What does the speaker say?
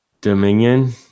dominion